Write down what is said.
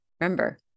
Remember